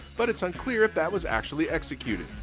but it's unclear if that was actually executed.